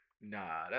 Nah